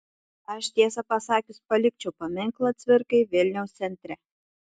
aš tiesą pasakius palikčiau paminklą cvirkai vilniaus centre